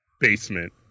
basement